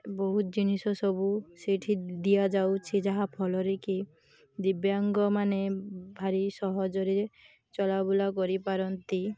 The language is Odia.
ବହୁତ ଜିନିଷ ସବୁ ସେଇଠି ଦିଆଯାଉଛି ଯାହାଫଳରେ କି ଦିବ୍ୟାଙ୍ଗମାନେ ଭାରି ସହଜରେ ଚଲାବୁଲା କରିପାରନ୍ତି